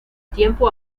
tiempo